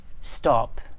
stop